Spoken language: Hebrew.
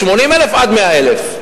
80,000 עד 100,000,